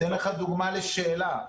אתן לך דוגמא לשאלה.